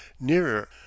nearer